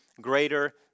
greater